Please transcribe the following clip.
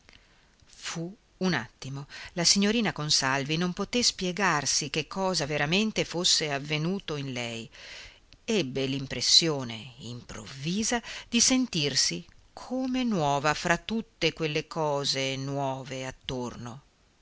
fu un attimo la signorina consalvi non poté spiegarsi che cosa veramente fosse avvenuto in lei ebbe l'impressione improvvisa di sentirsi come nuova fra tutte quelle cose nuove attorno